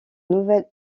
nouvelle